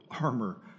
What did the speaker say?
armor